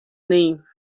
name